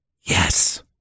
yes